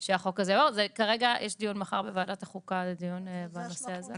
יש דיון מחר בוועדת החוקה בנושא הזה.